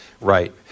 right